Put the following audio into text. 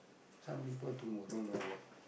some people tomorrow no work